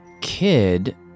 kid